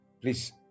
Please